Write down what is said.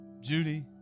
Judy